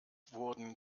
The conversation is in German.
wurden